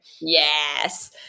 Yes